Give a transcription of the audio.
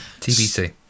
tbc